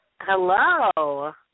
Hello